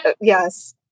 Yes